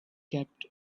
kept